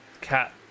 Cat